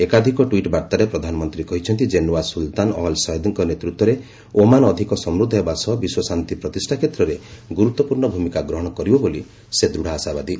ଏକାଧିକ ଟ୍ୱିଟ୍ ବାର୍ତ୍ତାରେ ପ୍ରଧାନମନ୍ତ୍ରୀ କହିଛନ୍ତି ଯେ ନୂଆ ସୁଲତାନ ଅଲ୍ ସଏଦ୍ଙ୍କ ନେତୃତ୍ୱରେ ଓମାନ ଅଧିକ ସମୃଦ୍ଧ ହେବା ସହ ବିଶ୍ୱ ଶାନ୍ତି ପ୍ରତିଷ୍ଠା କ୍ଷେତ୍ରରେ ଗୁରୁତ୍ୱପୂର୍ଣ୍ଣ ଭୂମିକା ଗ୍ରହଣ କରିବ ବୋଲି ସେ ଦୂଢ଼ ଆଶାବାଦୀ